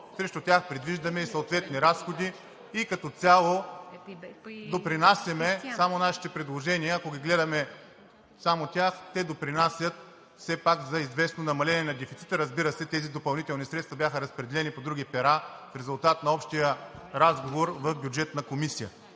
с ДОО, предвиждаме и съответни разходи и като цяло допринасяме – само нашите предложения, ако гледаме само тях – допринасят все пак за известно намаление на дефицита. Разбира се, тези допълнителни средства бяха разпределени по други пера в резултат на общия разговор в Бюджетната комисия.